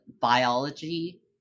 biology